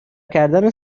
کردن